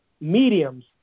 mediums